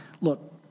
Look